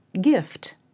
gift